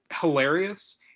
hilarious